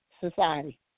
society